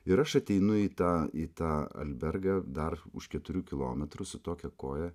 ir aš ateinu į tą į tą albergą dar už keturių kilometrų su tokia koja